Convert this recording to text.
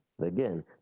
again